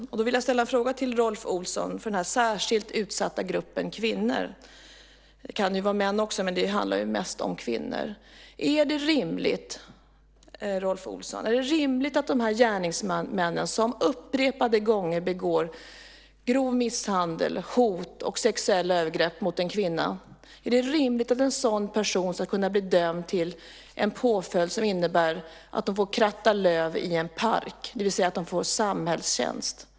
Jag vill ställa en fråga till Rolf Olsson om denna särskilt utsatta grupp kvinnor - det kan i och för sig vara män också, men det handlar mest om kvinnor: Är det rimligt, Rolf Olsson, att en sådan här gärningsman, som upprepade gånger begår grov misshandel, hot och sexuella övergrepp mot en kvinna, ska kunna bli dömd till en påföljd som innebär att kratta löv i en park, alltså samhällstjänst?